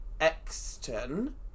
Exton